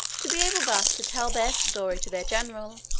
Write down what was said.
to be able thus to tell their story to their general,